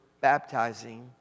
baptizing